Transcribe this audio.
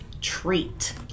treat